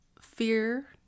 fear